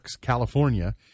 California